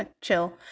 Chill